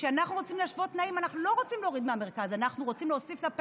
כשאנחנו רוצים להשוות תנאים,